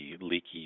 leaky